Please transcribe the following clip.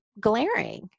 glaring